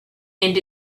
and